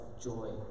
joy